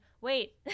wait